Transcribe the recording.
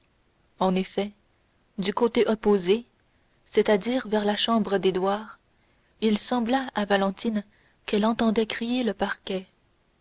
en effet du côté opposé c'est-à-dire vers la chambre d'édouard il sembla à valentine qu'elle entendait crier le parquet